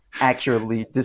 accurately